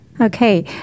Okay